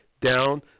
down